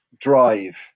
drive